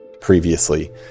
previously